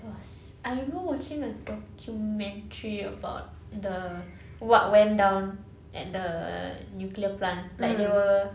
!wah! s~ I remember watching a documentary about the what went down at the nuclear plant like they were